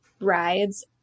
rides